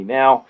now